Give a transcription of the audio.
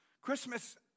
Christmas